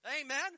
Amen